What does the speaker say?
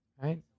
right